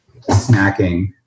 snacking